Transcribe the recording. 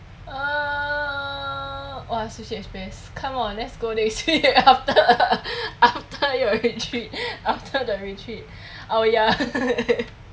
ah !wah! sushi express come on let's go next week after after your retreat after the retreat oh ya